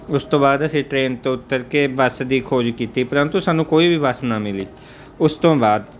ਉਸ ਤੋਂ ਬਾਅਦ ਅਸੀਂ ਟਰੇਨ ਤੋਂ ਉਤਰ ਕੇ ਬੱਸ ਦੀ ਖੋਜ ਕੀਤੀ ਪਰੰਤੂ ਸਾਨੂੰ ਕੋਈ ਵੀ ਬੱਸ ਨਾ ਮਿਲੀ ਉਸ ਤੋਂ ਬਾਅਦ